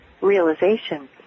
realization